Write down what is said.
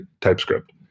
TypeScript